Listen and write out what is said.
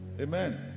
amen